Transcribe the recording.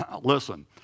Listen